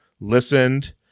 listened